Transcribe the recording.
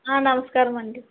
ఆ నమస్కారం అండి